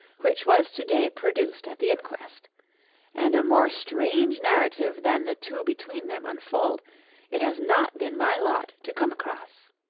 which was to-day produced at the inquest and a more strange narrative than the two between them unfold it has not been my lot to come across.